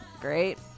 great